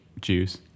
juice